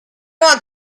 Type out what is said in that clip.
want